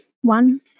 one